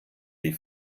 die